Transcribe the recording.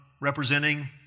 representing